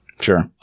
sure